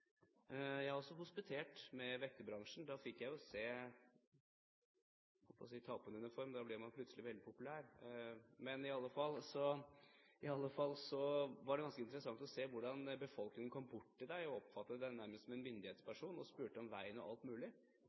Jeg har også hospitert hos vekterbransjen. Jeg holdt på å si: Ta på deg uniform, da blir man plutselig veldig populær. Det var ganske interessant å se hvordan befolkningen kom bort til deg og oppfattet deg nærmest som en myndighetsperson og spurte om veien og alt mulig.